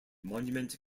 monument